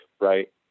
Right